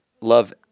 love